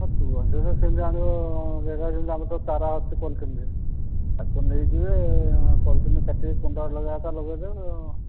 ହଁ ତୁଳସୀ ଗଛ ସେମିତି ଆଣିବ ଆମର ସବୁ ଚାରା ଅଛି ପଲଥିନ୍ରେ ତାକୁ ନେଇଯିବେ ପଲଥିନ୍ କାଟିକି କୁଣ୍ଡରେ ଲଗେଇବା କଥା ଲଗେଇ ଦେବେ